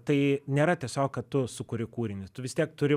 tai nėra tiesiog kad tu sukuri kūrinį tu vis tiek turi